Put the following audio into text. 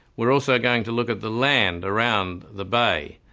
we're also going to look at the land around the bay.